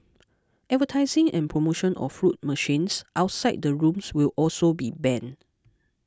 advertising and promotion of fruit machines outside the rooms will also be banned